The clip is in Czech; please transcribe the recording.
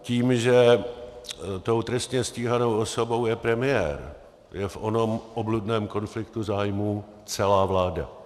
Tím, že tou trestně stíhanou osobou je premiér, je v onom obludném konfliktu zájmů celá vláda.